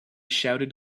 shouted